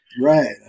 right